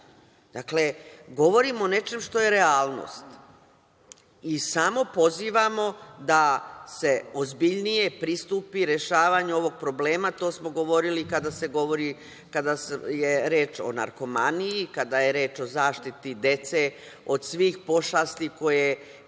vidim. Dakle, govorim o nečem što je realnost i samo pozivamo da se ozbiljnije pristupi rešavanju ovog problema, a to smo govorili kada se govori, kada je reč o narkomaniji, kada je reč o zaštiti dece, od svih pošasti koje